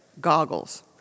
goggles